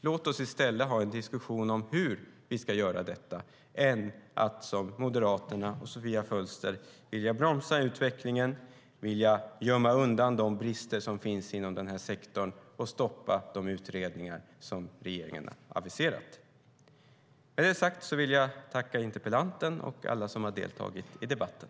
Låt oss ha en diskussion om hur vi ska göra detta i stället för att, som Moderaterna och Sofia Fölster vill, bromsa utvecklingen, gömma undan de brister som finns inom den här sektorn och stoppa de utredningar som regeringen har aviserat. Med det sagt vill jag tacka interpellanten och alla som har deltagit i debatten.